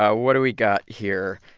yeah what do we got here?